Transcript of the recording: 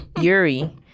Yuri